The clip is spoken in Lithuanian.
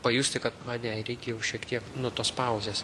pajusti kad va ne reikia jau šiek tiek nu tos pauzės